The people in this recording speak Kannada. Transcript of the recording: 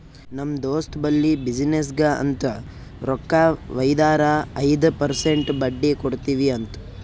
ನಮ್ ದೋಸ್ತ್ ಬಲ್ಲಿ ಬಿಸಿನ್ನೆಸ್ಗ ಅಂತ್ ರೊಕ್ಕಾ ವೈದಾರ ಐಯ್ದ ಪರ್ಸೆಂಟ್ ಬಡ್ಡಿ ಕೊಡ್ತಿವಿ ಅಂತ್